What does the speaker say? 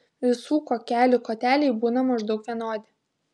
visų kuokelių koteliai būna maždaug vienodi